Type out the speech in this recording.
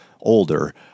older